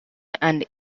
and